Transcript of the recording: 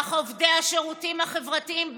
אך עובדי השירותים החברתיים,